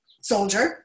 soldier